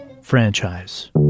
franchise